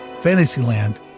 Fantasyland